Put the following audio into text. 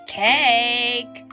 cake